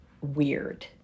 weird